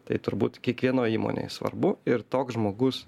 tai turbūt kiekvienoj įmonėj svarbu ir toks žmogus